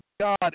God